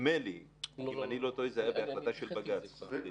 רק שנייה, מאיר.